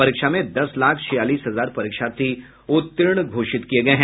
परीक्षा में दस लाख छियालीस हजार परीक्षार्थी उत्तीर्ण हुए हैं